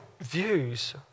views